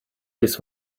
this